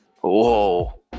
Whoa